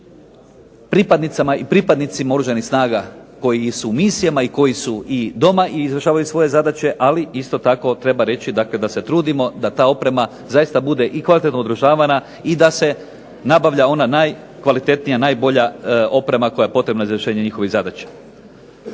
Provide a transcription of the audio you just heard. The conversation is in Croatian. pripadnicama i pripadnicima Oružanih snaga koji su u misijama i koji su doma i izvršavaju svoje zadaće, ali isto tako treba reći da se trudimo da ta oprema bude i kvalitetno održavana i da se nabavlja ona najkvalitetnija i najbolja koja je potrebna za izvršenje njihovih zadaća.